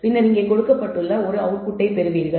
பின்னர் இங்கே கொடுக்கப்பட்ட ஒரு அவுட்புட் பெறுவீர்கள்